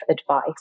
advice